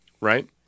Right